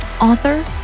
author